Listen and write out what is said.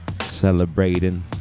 celebrating